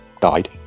died